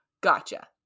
Gotcha